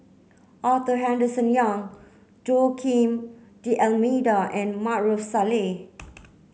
Arthur Henderson Young Joaquim D'almeida and Maarof Salleh